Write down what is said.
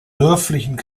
dörflichen